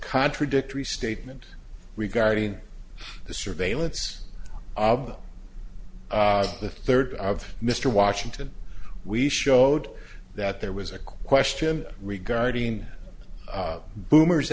contradictory statement regarding the surveillance of the third of mr washington we showed that there was a question regarding boomer